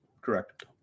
Correct